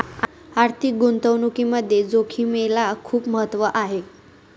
आर्थिक गुंतवणुकीमध्ये जोखिमेला खूप महत्त्व आहे